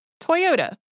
Toyota